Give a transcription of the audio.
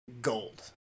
gold